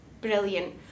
brilliant